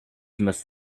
must